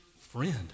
friend